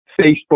Facebook